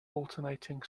alternating